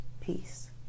peace